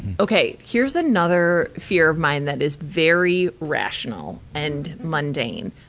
okay. here's another fear of mine that is very rational and mundane.